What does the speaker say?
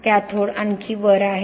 cathode आणखी वर आहे